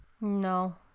No